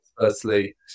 Firstly